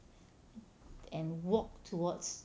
and walk towards